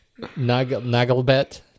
Nagelbet